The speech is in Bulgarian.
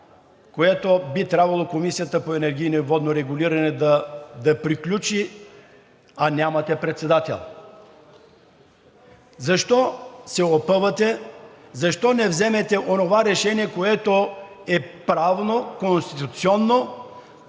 който би трябвало Комисията за енергийно и водно регулиране да приключи, а нямате председател. Защо се опъвате? Защо не вземете онова решение, което е правно, конституционно